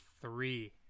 three